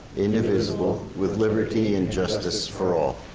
indivisible, with liberty and justice for all.